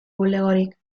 bulegorik